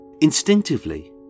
Instinctively